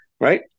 right